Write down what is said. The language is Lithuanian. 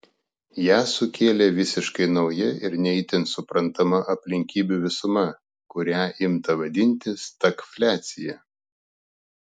ją sukėlė visiškai nauja ir ne itin suprantama aplinkybių visuma kurią imta vadinti stagfliacija